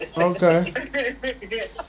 Okay